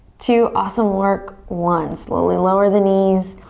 two, awesome work, one. slowly lower the knees.